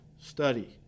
study